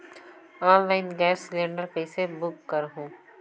Online gas cylinder कइसे book करहु?